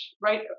right